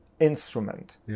instrument